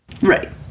Right